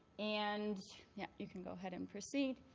and yeah you can go ahead and proceed.